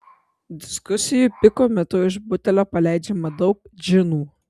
diskusijų piko metu iš butelio paleidžiama daug džinų